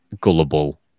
gullible